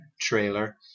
trailer